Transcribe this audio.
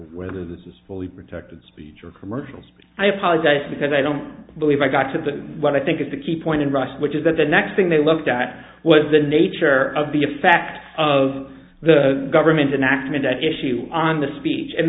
whether this is fully protected speech or commercials i apologize because i don't believe i got to what i think is the key point in russia which is that the next thing they looked at was the nature of the fact of the government in action in that issue on the speech and